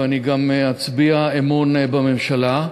ואני גם אצביע אמון בממשלה,